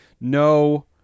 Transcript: No